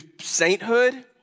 sainthood